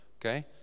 Okay